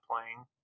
playing